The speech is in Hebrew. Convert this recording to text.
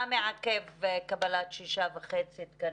מה מעכב קבלת שישה וחצי תקנים?